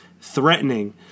threatening